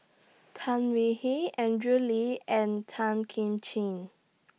Tan We He Andrew Lee and Tan Kim Ching